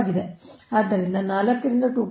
ಆದ್ದರಿಂದ 4 ರಿಂದ 2